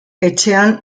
etxean